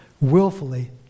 willfully